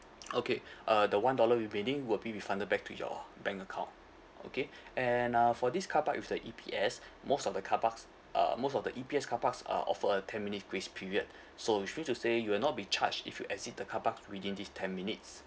okay uh the one dollar remaining will be refunded back to your bank account okay and uh for this car park with the E_P_S most of the car parks uh most of the E_P_S car parks uh offer a ten minute grace period so which means to say you will not be charged if you exit the car park within this ten minutes